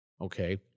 Okay